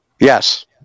Yes